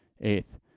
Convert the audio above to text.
Eighth